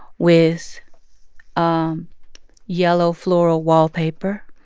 with um yellow floral wallpaper,